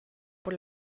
por